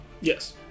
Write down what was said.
Yes